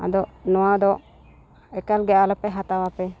ᱟᱫᱚ ᱱᱚᱣᱟ ᱫᱚ ᱮᱠᱟᱞ ᱜᱮ ᱟᱞᱚᱯᱮ ᱦᱟᱛᱟᱣᱟᱯᱮ